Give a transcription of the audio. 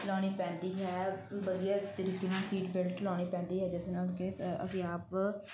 ਲਾਉਣੀ ਪੈਂਦੀ ਹੈ ਵਧੀਆ ਤਰੀਕੇ ਨਾਲ ਸੀਟ ਬੈਲਟ ਲਾਉਣੀ ਪੈਂਦੀ ਹੈ ਜਿਸ ਨਾਲ ਕਿ ਅਸੀਂ ਆਪ